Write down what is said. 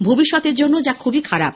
ভবিষ্যতের জন্য যা খুবই খারাপ